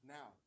Now